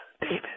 David